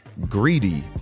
greedy